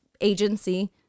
agency